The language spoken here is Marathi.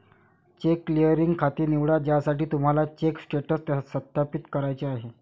चेक क्लिअरिंग खाते निवडा ज्यासाठी तुम्हाला चेक स्टेटस सत्यापित करायचे आहे